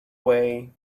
way